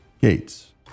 Gates